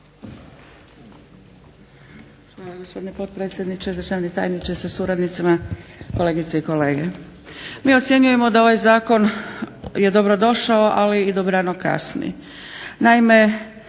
Hvala gospodine potpredsjedniče, državni tajniče sa suradnicama, kolegice i kolege. MI ocjenjujemo da ovaj Zakon je dobrodošao ali i dobrano kasni.